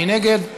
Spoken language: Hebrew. מי נגד?